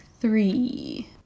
three